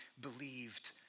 believed